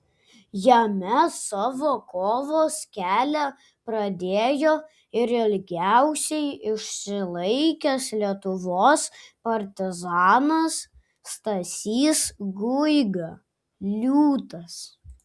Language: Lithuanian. jame savo kovos kelią pradėjo ir ilgiausiai išsilaikęs lietuvos partizanas stasys guiga liūtas